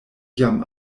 jam